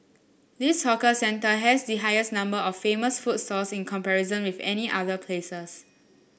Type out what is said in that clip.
this hawker centre has the highest number of famous food in comparison with any other places